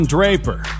Draper